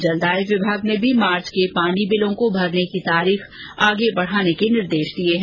जलदाय विभाग ने भी मार्च के पानी बिलों को भरने की तारीख आगे बढाने के निर्देश दिए है